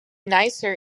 nicer